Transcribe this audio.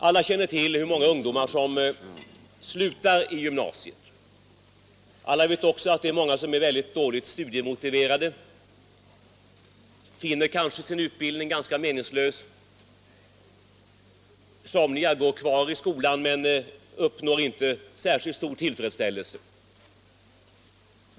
Alla känner till att många ungdomar slutar i gymnasiet, alla vet också att många är mycket dåligt studiemotiverade och kanske finner sin utbildning ganska meningslös. Somliga går kvar i skolan men känner inte särskilt stor tillfredsställelse.